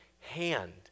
hand